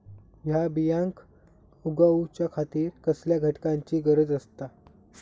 हया बियांक उगौच्या खातिर कसल्या घटकांची गरज आसता?